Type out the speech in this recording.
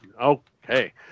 Okay